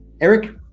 Eric